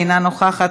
אינה נוכחת,